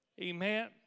amen